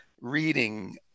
reading